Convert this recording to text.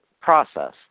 process